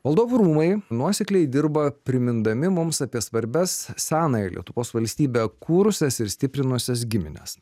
valdovų rūmai nuosekliai dirba primindami mums apie svarbias senąją lietuvos valstybę kūrusias ir stiprinusias gimines